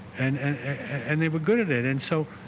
and and and they were good at it and so